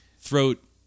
Throat